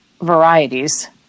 varieties